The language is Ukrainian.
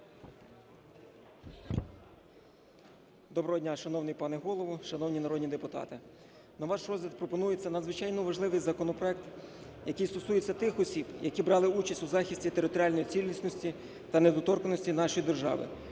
Доброго дня, шановний пане Голово, шановні народні депутати! На ваш розгляд пропонується надзвичайно важливий законопроект, який стосується тих осіб, які брали участь у захисті територіальної цілісності та недоторканності нашої держави,